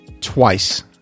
twice